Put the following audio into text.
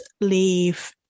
leave